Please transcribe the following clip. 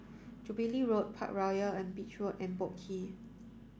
Jubilee Road Parkroyal on Beach Road and Boat Quay